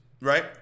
right